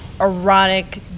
erotic